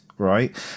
Right